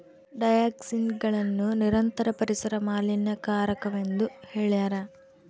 ಡಯಾಕ್ಸಿನ್ಗಳನ್ನು ನಿರಂತರ ಪರಿಸರ ಮಾಲಿನ್ಯಕಾರಕವೆಂದು ಹೇಳ್ಯಾರ